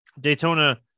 Daytona